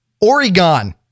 Oregon